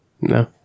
No